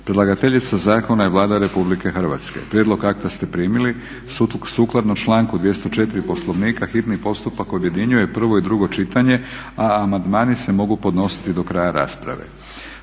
Predlagateljica zakona je Vlada Republike Hrvatske. Prijedlog akta ste primili. Sukladno članku 204. Poslovnika hitni postupak objedinjuje prvo i drugo čitanje, a amandmani se mogu podnositi do kraja rasprave.